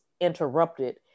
interrupted